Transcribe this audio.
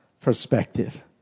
perspective